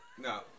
No